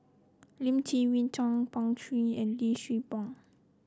Lim Chwee Chian Pan Shou and Lee Siew Choh